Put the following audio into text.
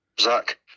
Zach